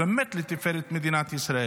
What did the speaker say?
באמת לתפארת מדינת ישראל,